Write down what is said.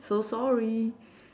so sorry